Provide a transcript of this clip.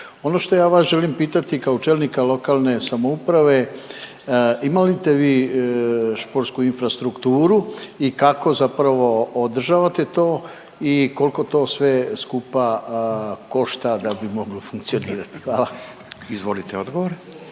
Ono što ja vas želim pitati kao čelnika lokalne samouprave, ima li te vi športsku infrastrukturu i kako zapravo održavate to i koliko to sve skupa košta da bi moglo funkcionirati? Hvala. **Radin, Furio